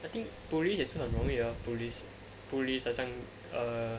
I think police 也是很容易 uh police police 好像 err